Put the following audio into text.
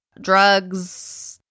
drugs